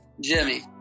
Jimmy